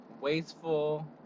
wasteful